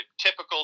typical